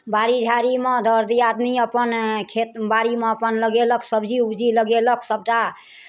बाड़ी झाड़ीमे दर दियादिनी अपन खेत बाड़ीमे अपन लगेलक सब्जी उब्जी लगेलक सभटा